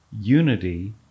Unity